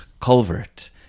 culvert